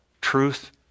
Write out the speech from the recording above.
truth